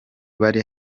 bari